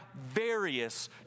various